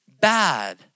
bad